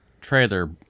trailer